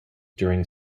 during